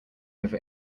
over